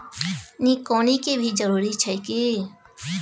निकौनी के भी जरूरी छै की?